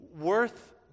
worth